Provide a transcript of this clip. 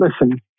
listen